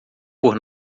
por